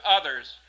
others